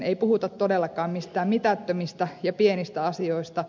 ei puhuta todellakaan mistään mitättömistä ja pienistä asioista